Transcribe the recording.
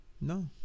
no